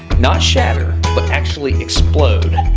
not shatter, but actually explode.